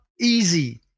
easy